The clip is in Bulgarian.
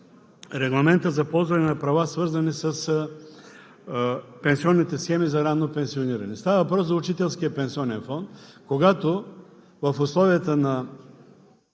Регламентът за ползване на права, свързани с пенсионните схеми за ранно пенсиониране. Става въпрос за Учителския пенсионен фонд. Когато в условията на